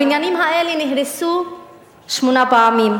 הבניינים האלה נהרסו שמונה פעמים.